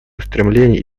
устремлений